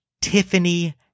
Tiffany